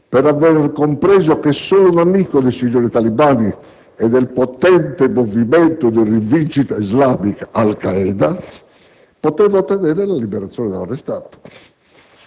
per avere compreso che solo un amico dei signori talebani e del potente movimento di Rivincita islamica Al Qaeda, poteva ottenere la liberazione dell'arrestato;